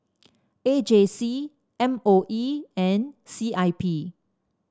A J C M O E and C I P